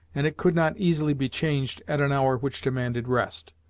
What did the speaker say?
and it could not easily be changed at an hour which demanded rest.